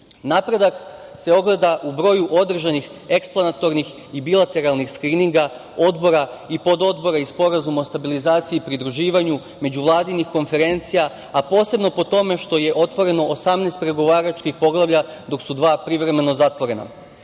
EU.Napredak se ogleda u broju održanih eksplanatornih i bilateralnih skrininga odbora i pododbora i Sporazuma o stabilizaciji i pridruživanju, međuvladinih konferencija, a posebno po tome što je otvoreno 18 pregovaračkih poglavlja, dok su dva privremeno zatvorena. Napredak